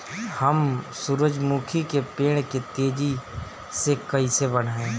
हम सुरुजमुखी के पेड़ के तेजी से कईसे बढ़ाई?